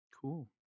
cool